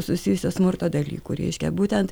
susijusio smurto dalykų reiškia būtent